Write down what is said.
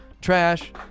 trash